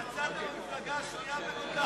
יצאתם המפלגה השנייה בגודלה.